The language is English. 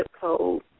code